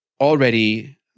already